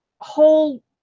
whole